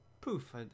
poof